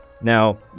Now